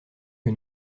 que